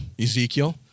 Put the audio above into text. Ezekiel